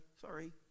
sorry